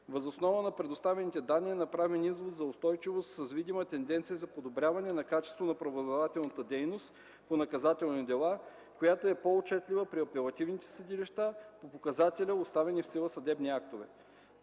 Въз основа на представените данни е направен извод за устойчивост с видима тенденция за подобрение на качеството на правораздавателната дейност по наказателни дела, която е по-отчетлива при апелативните съдилища по показателя оставени в сила съдебни актове.